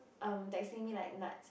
um texting me like nuts